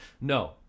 no